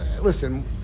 listen